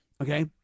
okay